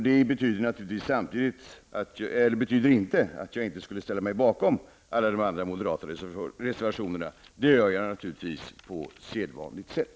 Det betyder naturligtvis inte att jag inte skulle ställa mig bakom alla de andra moderata reservationerna; det gör jag naturligtvis på sedvanligt sätt.